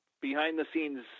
behind-the-scenes